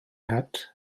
het